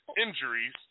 injuries